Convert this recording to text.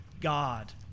God